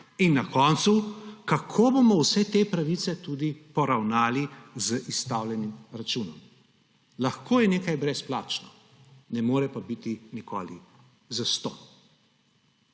In na koncu, kako bomo vse te pravice tudi poravnali z izstavljenim računom. Lahko je nekaj brezplačno, ne more pa biti nikoli zastonj.